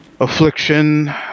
affliction